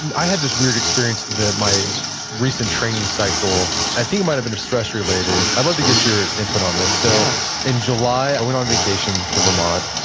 and i had this weird experience that my recent training cycle, i think it might have been stress related. i'd love to get your input on this, so in july i went on vacation vermont.